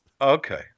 Okay